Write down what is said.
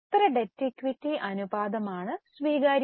എത്ര debt equity അനുപാതം ആണ് സ്വീകാര്യ